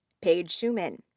paige schuman.